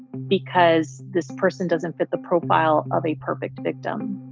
because this person doesn't fit the profile of a perfect victim